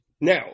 Now